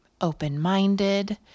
open-minded